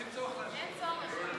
אין צורך להשיב.